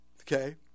okay